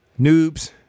noobs